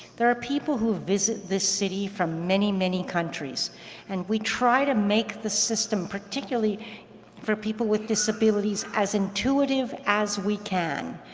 there are people who visit this city from many many countries and we try to make the system, particularly for people with disabilities, as intuitive as we can,